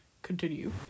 continue